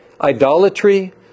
idolatry